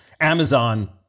Amazon